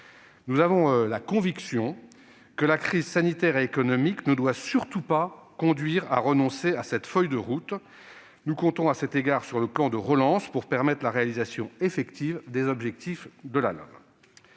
Nous en avons la conviction, la crise sanitaire et économique ne doit surtout pas conduire à renoncer à cette feuille de route ; à cet égard, nous comptons sur le plan de relance pour permettre la réalisation effective des objectifs de cette loi.